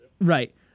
Right